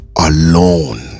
alone